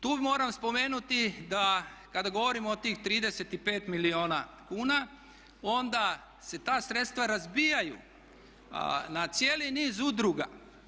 Tu moram spomenuti da kada govorimo o tih 35 milijuna kuna onda se ta sredstva razbijaju na cijeli niz udruga.